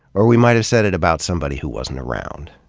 or we might have said it about somebody who wasn't around.